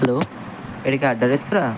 hello এটা কি আড্ডা রেস্তোরাঁ